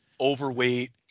overweight